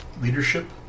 Leadership